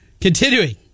Continuing